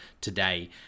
today